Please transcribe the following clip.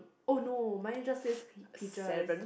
oh no mine just says pea~ peaches